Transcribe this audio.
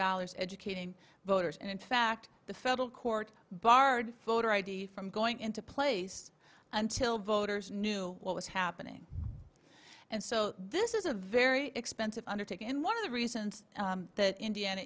dollars educating voters and in fact the federal court barred voter id from going into place until voters knew what was happening and so this is a very expensive undertaking in one of the reasons that indiana